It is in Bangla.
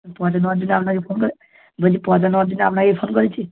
পচা নেওয়ার জন্য আপনাকে ফোন করে বলচি পচা নেওয়ার জন্য আপনাকে ফোন করেছি